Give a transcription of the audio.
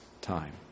time